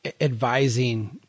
advising